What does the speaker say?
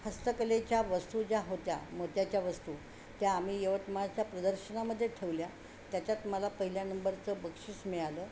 हस्तकलेच्या वस्तू ज्या होत्या मोत्याच्या वस्तू त्या आम्ही यवतमाळच्या प्रदर्शनामध्ये ठेवल्या त्याच्यात मला पहिल्या नंबरचं बक्षीस मिळालं